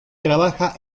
trabaja